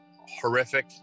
Horrific